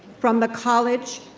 from the college,